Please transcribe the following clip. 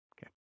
Okay